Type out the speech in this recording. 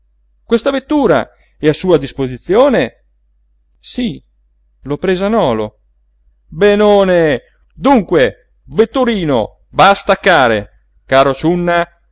questa vettura è a sua disposizione sí l'ho presa a nolo benone dunque vetturino va a staccare caro ciunna